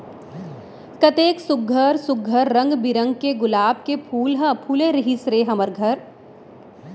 कतेक सुग्घर सुघ्घर रंग बिरंग के गुलाब के फूल ह फूले रिहिस हे हमर घर